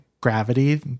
gravity